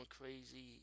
crazy